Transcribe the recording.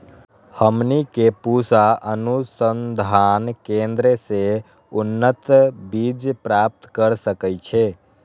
हमनी के पूसा अनुसंधान केंद्र से उन्नत बीज प्राप्त कर सकैछे?